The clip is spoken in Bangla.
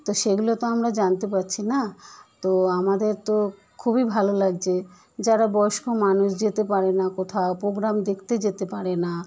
তো সেগুলো তো আমরা জানতে পারছি না তো আমাদের তো খুবই ভালো লাগছে যারা বয়স্ক মানুষ যেতে পারে না কোথাও প্রোগ্রাম দেখতে যেতে পারে না